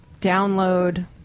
download